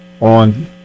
On